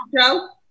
Joe